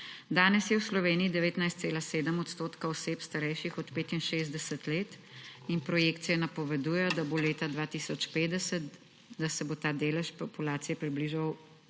Danes je v Sloveniji 19,7 odstotka oseb, starejših od 65 let, in projekcije napovedujejo, da se bo leta 2050 ta delež populacije približal